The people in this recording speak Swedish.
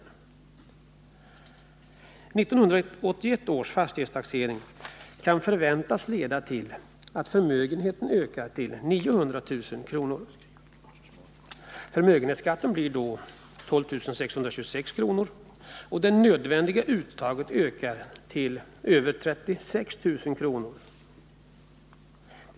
1981 års fastighetstaxering kan förväntas leda till att förmögenheten ökar till 900 000 kr. Förmögenhetsskatten blir då 12 626 kr., och det nödvändiga ”uttaget” ökar till över 36 000 kr.